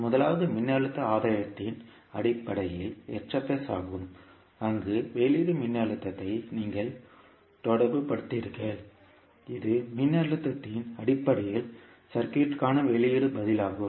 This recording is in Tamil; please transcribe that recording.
முதலாவது மின்னழுத்த ஆதாயத்தின் அடிப்படையில் ஆகும் அங்கு வெளியீட்டு மின்னழுத்தத்தை நீங்கள் தொடர்புபடுத்துகிறீர்கள் இது மின்னழுத்தத்தின் அடிப்படையில் சர்க்யூட்க்கான வெளியீட்டு பதிலாகும்